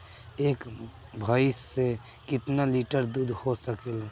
एक भइस से कितना लिटर दूध हो सकेला?